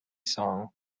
song